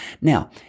Now